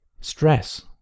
Stress